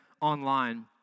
online